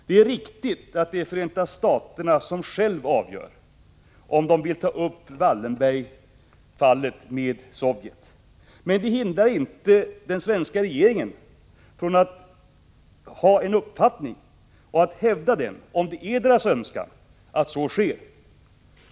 Det är riktigt att det är Förenta staterna som själva avgör om de vill ta upp Wallenbergfallet med Sovjet, men det hindrar inte den svenska regeringen från att ha en uppfattning och att hävda den, om det är dess önskan att så sker.